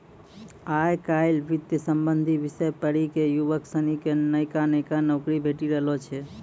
आय काइल वित्त संबंधी विषय पढ़ी क युवक सनी क नयका नयका नौकरी भेटी रहलो छै